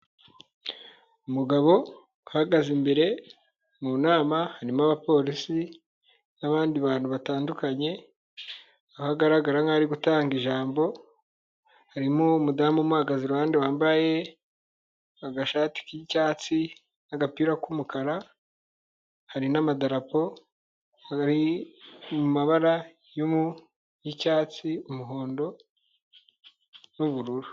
Umugabo uhagaze imbere mu nama harimo abapolisi n'abandi bantu batandukanye. aho agaragara nk'aho ari gutanga ijambo, harimo umudamu umuhagaze iruhande wambaye agashati k'icyatsi, agapira k'umukara, hari n'amadarapo ari mu mabara y'icyatsi, umuhondo n'ubururu.